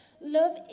Love